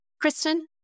Kristen